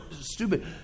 stupid